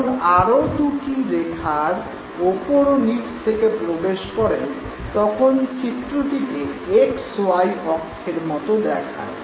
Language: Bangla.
যখন আরো দু'টি রেখা ওপর ও নিচ থেকে প্রবেশ করে তখন চিত্রটিকে এক্স ওয়াই অক্ষের মত দেখায়